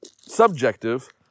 subjective